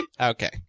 Okay